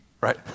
right